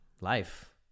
Life